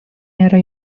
nėra